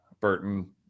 Burton